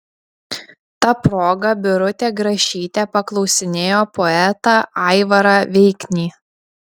ta proga birutė grašytė paklausinėjo poetą aivarą veiknį